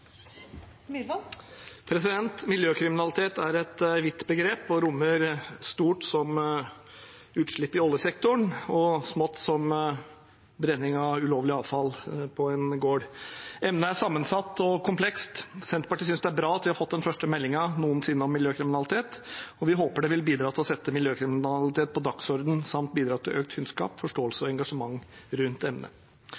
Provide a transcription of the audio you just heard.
et vidt begrep og rommer stort, som utslipp i oljesektoren, og smått, som brenning av ulovlig avfall på en gård. Emnet er sammensatt og komplekst. Senterpartiet synes det er bra at vi har fått den første meldingen noensinne om miljøkriminalitet, og vi håper det vil bidra til å sette miljøkriminalitet på dagsordenen samt bidra til økt kunnskap, forståelse